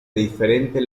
diferente